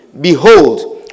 behold